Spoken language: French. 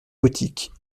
gothique